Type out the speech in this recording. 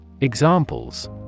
Examples